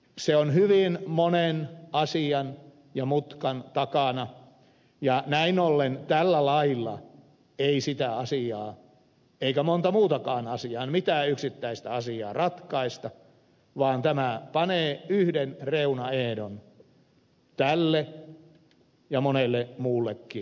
se on hyvin monen asian ja mutkan takana ja näin ollen tällä lailla ei sitä asiaa eikä monta muutakaan asiaa mitään yksittäistä asiaa ratkaista vaan tämä panee yhden reunaehdon tälle ja monelle muullekin hankkeelle